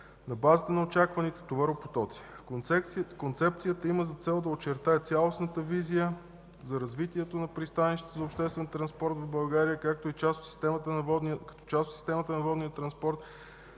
на база на очакваните товаропотоци”. Концепцията има за цел да очертае цялостната визия за развитието на пристанищата за обществен транспорт в България, като част от системата на водния транспорт,